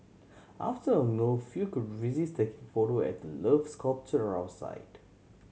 after a no few could resist taking photo at the 'Love' sculpture outside